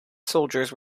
soldiers